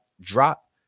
drop